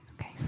Okay